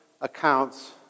accounts